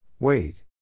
Wait